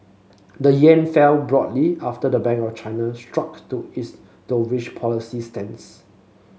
the yen fell broadly after the Bank of China stuck to its dovish policy stance